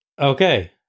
Okay